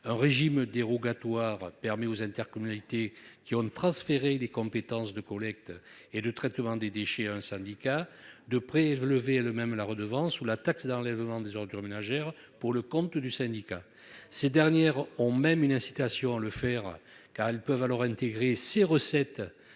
Un régime dérogatoire permet aux intercommunalités qui ont transféré ces compétences à un syndicat de prélever elles-mêmes la redevance ou la taxe d'enlèvement des ordures ménagères pour le compte du syndicat. Ces dernières ont même une incitation à le faire, car elles peuvent alors intégrer ces recettes